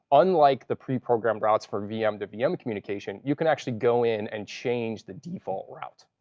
unlike the preprogrammed routes for vm to vm communication, you can actually go in and change the default route.